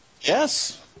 Yes